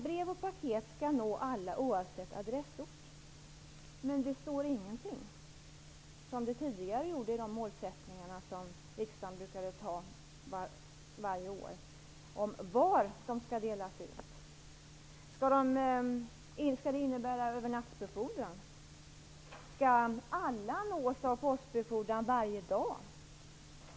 Men det står ingenting om var de skall delas ut, vilket det gjorde tidigare i de målsättningar som riksdagen brukade besluta om varje år. Innebär det övernattsbefordran? Skall alla nås av postbefordran varje dag?